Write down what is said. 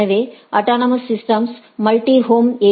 எனவே autonomous systems multi home ஏ